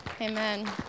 Amen